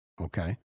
Okay